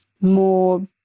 more